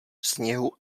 sněhu